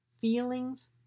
feelings